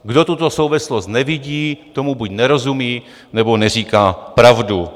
Kdo tuto souvislost nevidí, tomu buď nerozumí, nebo neříká pravdu.